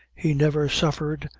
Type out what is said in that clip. he never suffered,